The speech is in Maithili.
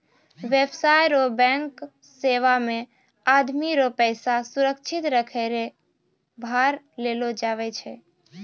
व्यवसाय रो बैंक सेवा मे आदमी रो पैसा सुरक्षित रखै कै भार लेलो जावै छै